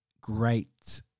great